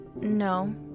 no